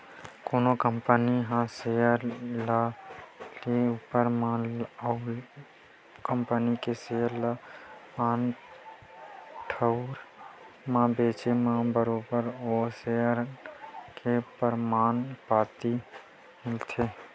कोनो कंपनी के सेयर ल लेए ऊपर म अउ ओ कंपनी के सेयर ल आन ठउर म बेंचे म बरोबर ओ सेयर के परमान पाती मिलथे